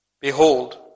Behold